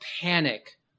panic